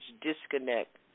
disconnect